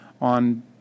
on